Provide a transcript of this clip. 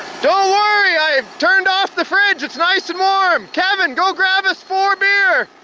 don't worry, i turned off the fridge. it's nice and warm. kevin, go grab us four beer.